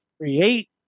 create